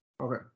Okay